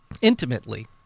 intimately